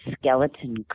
Skeleton